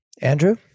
Andrew